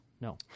No